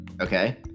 okay